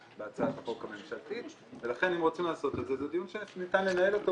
בהצעת החוק הממשלתית ולכן אם רוצים לעשות את זה זה דיון שניתן לנהל אותו,